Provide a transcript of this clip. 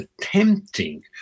attempting